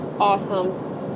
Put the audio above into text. awesome